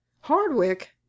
hardwick